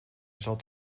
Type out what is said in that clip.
zat